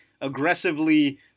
aggressively